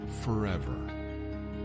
forever